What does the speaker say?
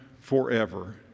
forever